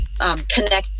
connect